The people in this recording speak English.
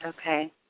Okay